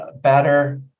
better